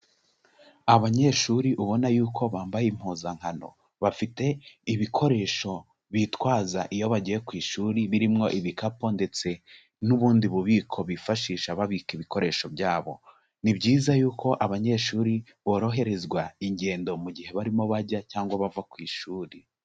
Abanyeshuri ubona y'uko bambaye impuzankano, bafite ibikoresho bitwaza iyo bagiye ku ishuri birimo ibikapu ndetse n'ubundi bubiko bifashisha babika ibikoresho byabo, ni byiza y'uko abanyeshuri boroherezwa ingendo mu gihe barimo bajya cyangwa bava ku ishuri.